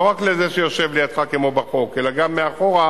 לא רק לזה שיושב לידך, כמו בחוק, אלא גם מאחור,